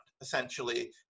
essentially